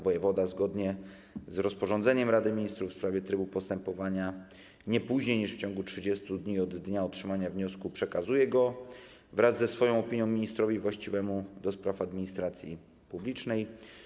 Wojewoda zgodnie z rozporządzeniem Rady Ministrów w sprawie trybu postępowania nie później niż w ciągu 30 dni od dnia otrzymania wniosku przekazuje go wraz ze swoją opinią ministrowi właściwemu do spraw administracji publicznej.